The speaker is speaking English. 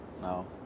No